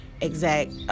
exact